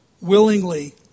willingly